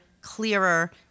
clearer